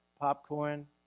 popcorn